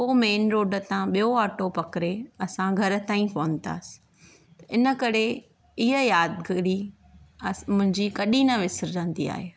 पोइ main road तां ॿियो ऑटो पकिड़े असां घर ताईं पहुतासी इन करे इहा यादगिरी मुंहिंजी कॾहिं न विसरंदी आहे